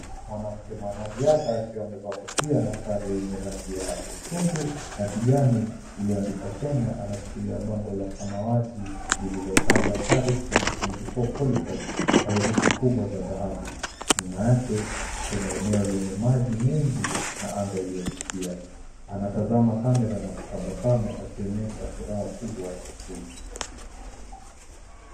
Mwanamke mwanariadha akiwa amevaa kofia na sare ya rangi nyekundu na kijani iliyoandikwa Kenya. Ameshikilia bango la samawati lililotaja "Paris 2024 Qualified" kwa herufi kubwa za dhahabu. Nyuma yake kuna eneo lenye maji mengi na anga iliyotulia. Anatazama kamera na kutabasamu akionyesha furaha kubwa ya kufuzu.